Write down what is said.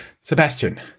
Sebastian